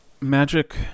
magic